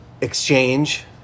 exchange